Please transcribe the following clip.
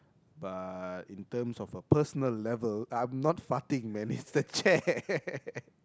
but in terms of a personal level I'm not farting man it's the chair